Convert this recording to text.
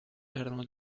erano